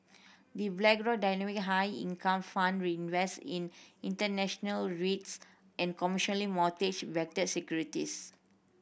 The Blackrock Dynamic High Income Fund invest in international REITs and commercial mortgage backed securities